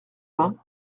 vingt